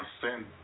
sin